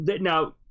now